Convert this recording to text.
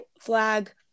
flag